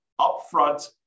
upfront